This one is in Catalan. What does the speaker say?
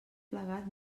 plegat